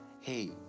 hey